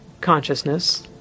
consciousness